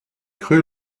cru